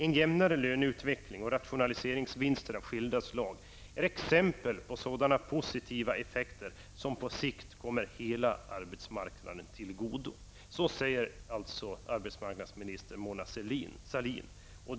''En jämnare löneutveckling och rationaliseringsvinster av skilda slag är exempel på sådana positiva effekter som på sikt kommer hela arbetsmarknaden till godo, --.'' Så säger alltså arbetsmarknadsministern Mona Sahlin.